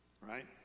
right